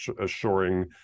assuring